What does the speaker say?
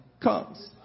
comes